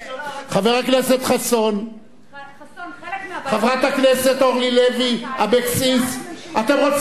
חלק מהבעיה, מדיניות שאתם הייתם חלק ממנה.